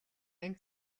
энэ